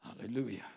Hallelujah